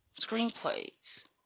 screenplays